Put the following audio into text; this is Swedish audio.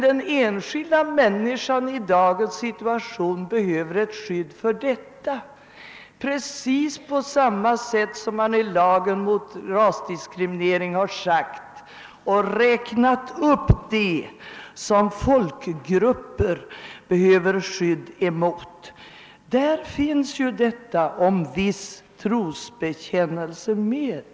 Den enskilda människan behöver däremot i dagens situation få ett bestämt skydd i detta avseende, av samma skäl som man i lagen mot rasdiskriminering har räknat upp vad folkgrupper behöver ett skydd för. I den uppräkningen finns också »viss trosbekännelse» med.